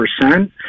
percent